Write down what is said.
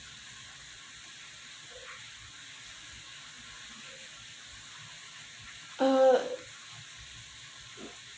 uh